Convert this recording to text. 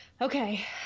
Okay